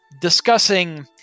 discussing